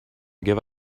give